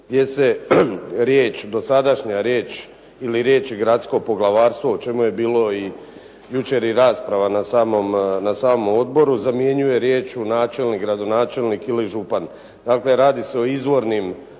gdje se dosadašnja riječ ili riječi: "gradsko poglavarstvo" o čemu je bilo jučer i rasprava na samom odboru zamjenjuje riječju: "načelnik, gradonačelnik ili župan". Dakle, radi se o izvornim